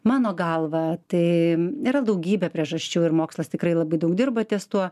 mano galva tai yra daugybė priežasčių ir mokslas tikrai labai daug dirba ties tuo